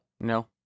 No